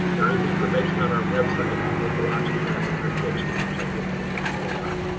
there is information on our website about local option tax jurisdictions, which i'll get to in just a little while.